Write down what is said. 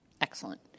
Excellent